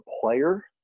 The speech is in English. player